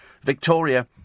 Victoria